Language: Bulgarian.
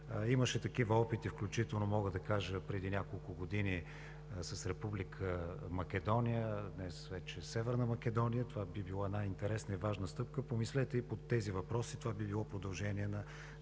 имаше такива опити, включително мога да кажа преди няколко години с Република Македония, днес вече Северна Македония? Това би била интересна и важна стъпка. Помислете и по тези въпроси. Би било продължение на